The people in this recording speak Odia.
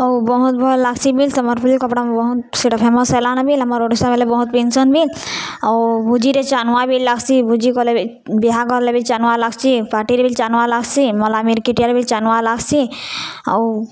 ଆଉ ବହୁତ ଭଲ୍ ଲାଗ୍ସି ବି ସମ୍ବଲପୁରୀ କପ୍ଡ଼ା ବହୁତ୍ ସେଟା ଫେମସ୍ ହେଲାନ ବି ଆମର୍ ଓଡ଼ିଶା ବାଲେ ବହୁତ୍ ପିନ୍ଧ୍ସନ୍ ବି ଆଉ ଭୁଜିରେ ଚାନୁଆ ବି ଲାଗ୍ସି ଭୁଜି କଲେ ବିହାଘରରେ ବି ଚାନୁଆ ଲାଗ୍ସି ପାଟିରେ ବି ଚାନୁଆ ଲାଗ୍ସି ମଲା ମିର୍କିଟିଆରେ ବି ଚାନୁଆ ଲାଗ୍ସି ଆଉ